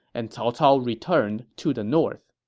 and cao cao returned to the north.